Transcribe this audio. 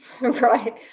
Right